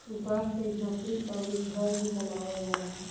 बांस से झोपड़ी अउरी घर भी बनावल जाला